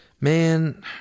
Man